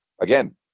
Again